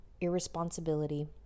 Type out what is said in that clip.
irresponsibility